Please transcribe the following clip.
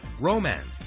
romance